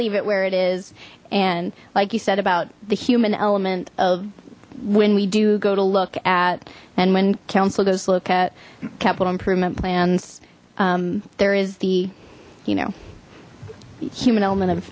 leave it where it is and like you said about the human element of when we do go to look at and when council goes look at capital improvement plans there is the you know human element of